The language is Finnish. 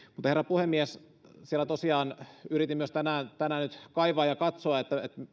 herra puhemies tosiaan yritin tänään nyt kaivaa ja katsoa